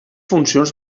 funcions